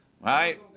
Right